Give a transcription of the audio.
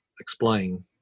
Explain